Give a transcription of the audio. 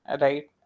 right